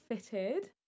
fitted